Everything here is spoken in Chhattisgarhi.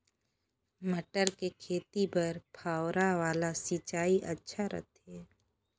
मटर के खेती बर फव्वारा वाला सिंचाई अच्छा रथे?